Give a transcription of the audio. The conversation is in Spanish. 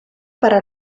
para